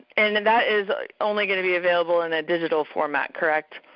and then that is only gonna be available in a digital format, correct?